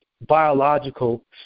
biological